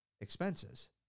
expenses